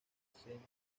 sudeste